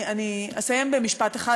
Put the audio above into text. אני אסיים במשפט אחד,